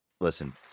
listen